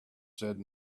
said